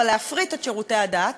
אבל להפריט את שירותי הדת